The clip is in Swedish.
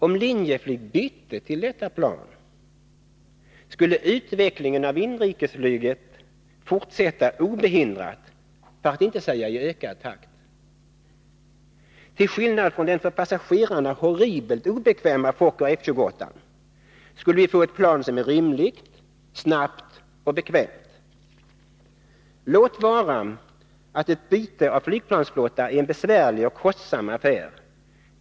Om Linjeflyg bytte till detta plan, skulle utvecklingen av inrikesflyget fortsätta obehindrat, för att inte säga i ökad takt. Vi skulle få ett plan som, till skillnad från den för passagerarna horribelt obekväma Fokker F 28, är rymligt, snabbt och bekvämt. Låt vara att ett byte av flygplansflotta är en besvärlig och kostsam affär.